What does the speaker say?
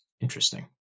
Interesting